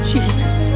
Jesus